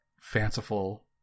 fanciful